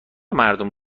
مردم